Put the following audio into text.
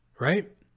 Right